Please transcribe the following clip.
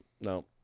no